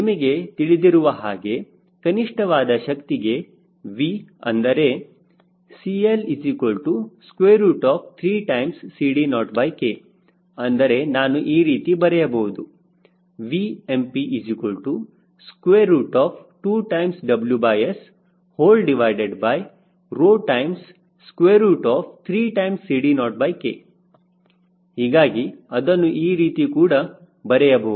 ನಿಮಗೆ ತಿಳಿದಿರುವ ಹಾಗೆ ಕನಿಷ್ಠವಾದ ಶಕ್ತಿಗೆ V ಅಂದರೆ CL3 CD0K ಅಂದರೆ ನಾನು ಈ ರೀತಿ ಬರೆಯಬಹುದು Vmp2WS 3 CD0K ಹೀಗಾಗಿ ಅದನ್ನು ಈ ರೀತಿ ಕೂಡ ಬರೆಯಬಹುದು